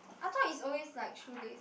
I thought is always like shoelace